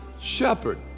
shepherd